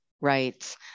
rights